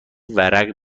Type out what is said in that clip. ورق